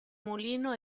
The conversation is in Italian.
mulino